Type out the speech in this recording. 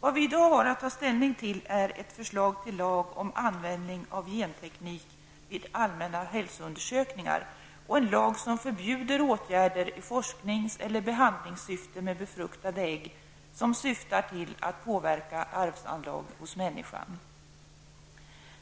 Vad vi i dag har att ta ställning till är ett förslag till lag om användning av genteknik vid allmänna hälsoundersökningar och en lag som förbjuder åtgärder i forsknings eller behandlingssyfte med befruktade ägg, åtgärder som syftar till att påverka arvsanlag hos människan.